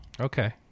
Okay